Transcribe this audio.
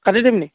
কাটি দিমনি